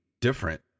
different